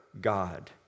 God